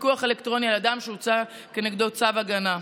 פיקוח אלקטרוני על אדם שהוצא כנגדו צו הגנה).